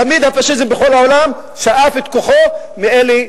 תמיד הפאשיזם בכל העולם שאב את כוחו מאלה,